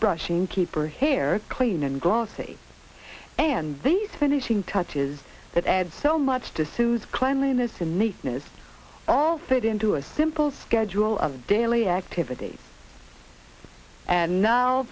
brushing keep or hair clean and glossy and these finishing touches that add so much to sooth cleanliness in the news all fit into a simple schedule of daily activities and now